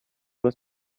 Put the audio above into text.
was